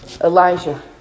Elijah